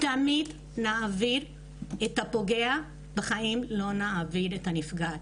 תמיד נעביר את הפוגע יחידה ולעולם לא נעביר את הנפגעת.